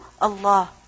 Allah